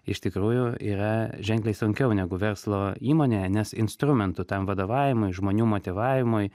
iš tikrųjų yra ženkliai sunkiau negu verslo įmonėje nes instrumentų tam vadovavimui žmonių motyvavimui